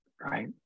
right